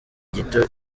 gito